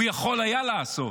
הוא יכול היה לעשות,